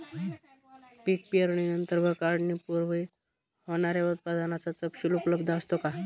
पीक पेरणीनंतर व काढणीपूर्वी होणाऱ्या उत्पादनाचा तपशील उपलब्ध असतो का?